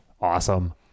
awesome